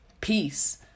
Peace